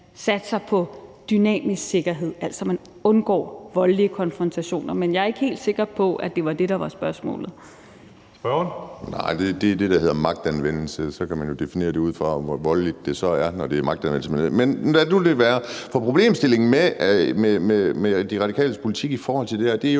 satser på dynamisk sikkerhed, altså at man undgår voldelige konfrontationer. Men jeg er ikke helt sikker på, at det var det, der var spørgsmålet. Kl. 16:08 Tredje næstformand (Karsten Hønge): Spørgeren. Kl. 16:08 Kim Edberg Andersen (NB): Det er det, der hedder magtanvendelse, og så kan man jo definere det ud fra, hvor voldeligt det så er, når det er magtanvendelse. Men lad nu det være. Problemstillingen med De Radikales politik i forhold til det her er jo